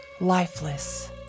lifeless